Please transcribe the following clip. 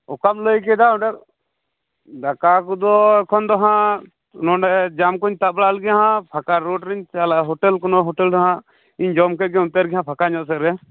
ᱚᱠᱟᱢ ᱞᱟᱹᱭ ᱠᱮᱫᱟ ᱚᱸᱰᱮ ᱫᱟᱠᱟ ᱠᱚᱫᱚ ᱮᱠᱷᱚᱱ ᱫᱚ ᱦᱟᱜ ᱱᱚᱸᱰᱮ ᱡᱟᱢ ᱠᱚᱧ ᱛᱟᱵ ᱵᱟᱲᱟ ᱞᱮᱜᱮ ᱦᱟᱜ ᱯᱷᱟᱠᱟ ᱨᱳᱰ ᱨᱤᱧ ᱪᱟᱞᱟᱜᱼᱟ ᱦᱳᱴᱮᱞ ᱠᱚ ᱦᱳᱴᱮᱞ ᱠᱚ ᱦᱟᱜ ᱤᱧ ᱡᱚᱢ ᱠᱮᱫ ᱦᱟᱜ ᱚᱱᱛᱮ ᱨᱮ ᱯᱷᱟᱸᱠᱟ ᱧᱚᱜ ᱥᱮᱫ ᱨᱮ